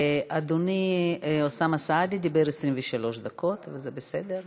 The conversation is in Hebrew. אדוני אוסאמה סעדי דיבר 23 דקות, אבל זה בסדר.